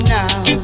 now